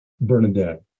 Bernadette